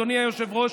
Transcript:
אדוני היושב-ראש?